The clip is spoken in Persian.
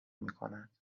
میکنند